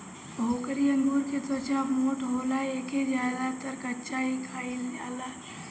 भोकरी अंगूर के त्वचा मोट होला एके ज्यादातर कच्चा ही खाईल जाला